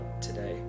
today